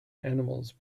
animals